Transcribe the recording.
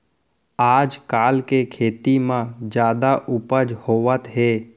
आजकाल के खेती म जादा उपज होवत हे